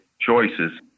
choices